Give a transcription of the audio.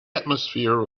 atmosphere